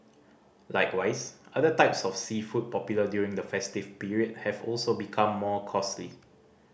likewise other types of seafood popular during the festive period have also become more costly